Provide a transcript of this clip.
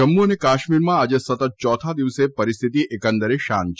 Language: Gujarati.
જમ્મુ અને કાશ્મીરમાં આજે સતત યોથા દિવસે પરિસ્થિતિ એકંદરે શાંત છે